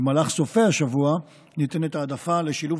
במהלך סופי השבוע ניתנת העדפה לשילוב